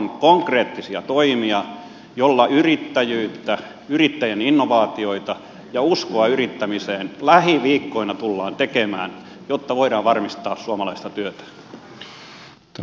mitä konkreettisia toimia joilla yrittäjyyttä yrittäjän innovaatioita ja uskoa yrittämiseen vahvistetaan lähiviikkoina tullaan tekemään jotta voidaan varmistaa suomalaista työtä